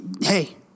Hey